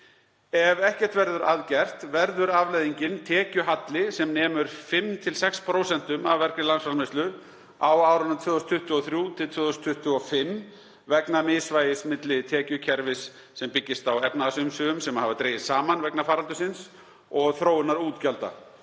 Ef ekkert verður að gert verður afleiðingin tekjuhalli sem nemur 5–6% af vergri landsframleiðslu á árunum 2023–2025 vegna misvægis milli tekjukerfis sem byggist á efnahagsumsvifum sem hafa dregist saman vegna faraldursins og þróunar útgjalda